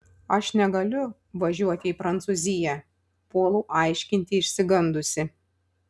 aš negaliu važiuoti į prancūziją puolu aiškinti išsigandusi